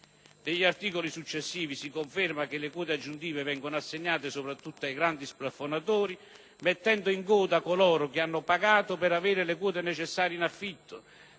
Degli articoli successivi si conferma che le quote aggiuntive vengono assegnate soprattutto ai grandi splafonatori, mettendo in coda coloro che hanno pagato per avere le quote necessarie in affitto,